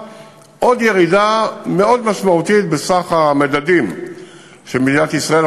עוד ירידה מאוד משמעותית בסך המדדים של מדינת ישראל.